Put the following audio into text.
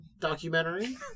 documentary